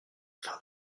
fin